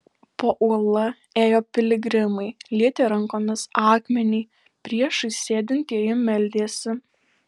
po uola ėjo piligrimai lietė rankomis akmenį priešais sėdintieji meldėsi